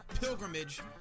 pilgrimage